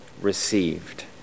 received